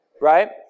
Right